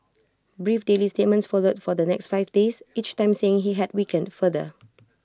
brief daily statements followed for the next five days each time saying he had weakened further